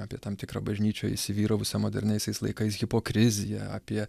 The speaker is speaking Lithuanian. apie tam tikrą bažnyčioj įsivyravusią moderniaisiais laikais hipokriziją apie